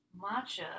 matcha